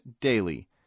daily